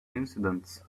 incidents